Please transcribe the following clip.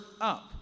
up